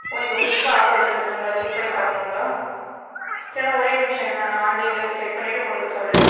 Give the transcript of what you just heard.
ஓ இப்போ புதுசாக ஆஃபர் வந்திருக்குங்களா செக் பண்ணி பார்க்கணுங்களா சர்ணா ஒரே நிமிஷம் இருங்கண்ணா நான் ஆன்லைன்ல இப்போ செக் பண்ணிட்டு உங்களுக்கு சொல்கிறேன்